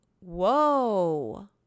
Whoa